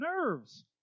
nerves